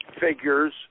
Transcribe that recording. figures